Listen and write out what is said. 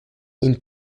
این